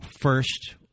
first